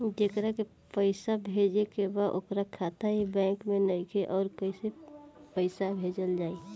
जेकरा के पैसा भेजे के बा ओकर खाता ए बैंक मे नईखे और कैसे पैसा भेजल जायी?